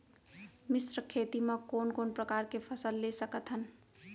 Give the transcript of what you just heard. मिश्र खेती मा कोन कोन प्रकार के फसल ले सकत हन?